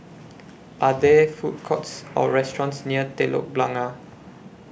Are There Food Courts Or restaurants near Telok Blangah